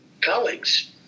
colleagues